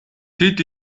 тэд